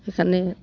সেইকাৰণে